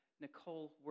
Nicole